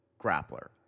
grappler